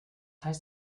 heißt